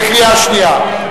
בקריאה שנייה.